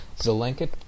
Zelenka